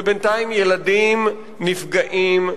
בינתיים, ילדים נפגעים.